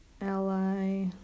ally